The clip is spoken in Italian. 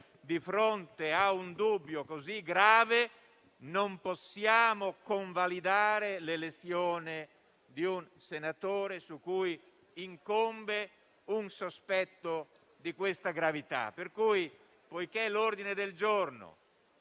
di fronte a un dubbio così grave, non possiamo convalidare l'elezione di un senatore su cui incombe un sospetto di una tale gravità. Pertanto, poiché l'ordine del giorno